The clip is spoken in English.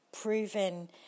proven